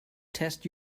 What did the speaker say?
test